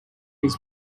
his